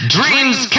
Dreams